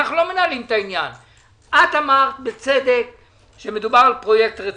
אמרת בצדק שמדובר בפרויקט רציני.